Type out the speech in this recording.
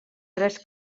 tres